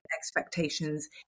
expectations